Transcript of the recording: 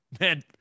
Man